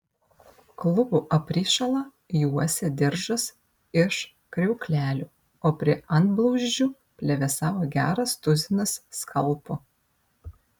klubų aprišalą juosė diržas iš kriauklelių o prie antblauzdžių plevėsavo geras tuzinas skalpų